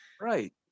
Right